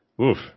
oof